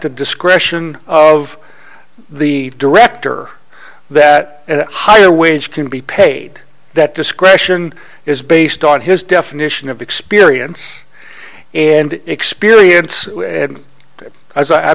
the discretion of the director that higher wage can be paid that discretion is based on his definition of experience and experience a